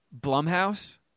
Blumhouse